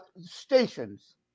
Stations